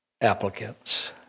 applicants